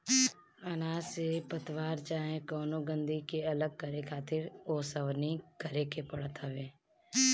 अनाज से पतवार चाहे कवनो गंदगी के अलग करके खातिर ओसवनी करे के पड़त हवे